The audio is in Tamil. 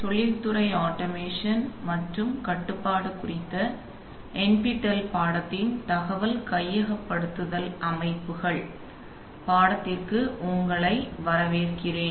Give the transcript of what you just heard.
தொழில் துறை ஆட்டோமேஷன் மற்றும் கட்டுப்பாடு குறித்த NPTEL பாடத்தின் 10 ஆம் பாடத்திற்கு உங்களை வரவேற்கிறேன்